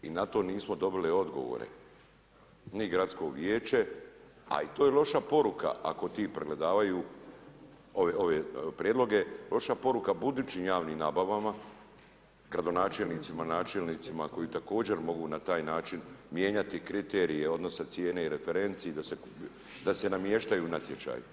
I na to nismo dobili odgovore, ni gradsko vijeće, a i to je loša poruka ako ti pregledavaju ove prijedloge, loša poruka budućim javnim nabavama, gradonačelnicima, načelnicima koji također mogu na taj način mijenjati kriterije odnosa cijena i referenci i da se namještaju natječaji.